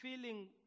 feeling